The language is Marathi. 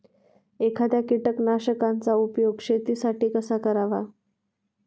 एखाद्या कीटकनाशकांचा उपयोग शेतीसाठी कसा करावा?